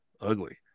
ugly